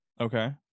Okay